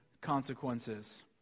consequences